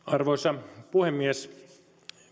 arvoisa puhemies